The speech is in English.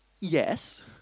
Yes